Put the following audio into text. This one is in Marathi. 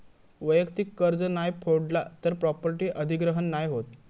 वैयक्तिक कर्ज नाय फेडला तर प्रॉपर्टी अधिग्रहण नाय होत